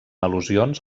al·lusions